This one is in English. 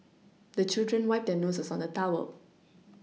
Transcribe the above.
the children wipe their noses on the towel